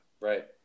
right